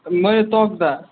मैले तकदा